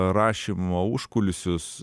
rašymo užkulisius